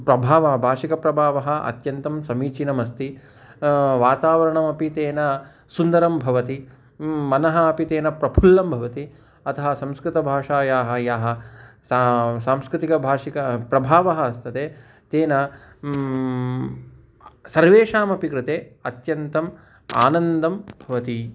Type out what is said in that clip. प्रभावः भाषिकप्रभावः अत्यन्तं समीचीनमस्ति वातावरणमपि तेन सुन्दरं भवति मनः अपि तेन प्रफुल्लं भवति अतः संस्कृतभाषायाः यः सः सांस्कृतिकभाषिकप्रभावः अस्ति तेन सर्वेषामपि कृते अत्यन्तम् आनन्दं भवति